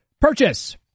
purchase